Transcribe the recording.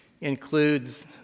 includes